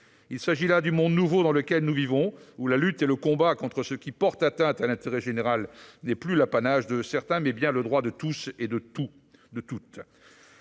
Dans le monde nouveau dans lequel nous vivons, la lutte contre ceux qui portent atteinte à l'intérêt général est non plus l'apanage de certains, mais bien le droit de tous et de toutes.